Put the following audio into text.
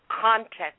context